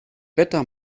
wetter